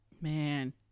Man